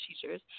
teachers